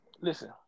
Listen